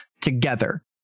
together